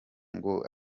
ngo